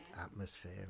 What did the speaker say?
atmosphere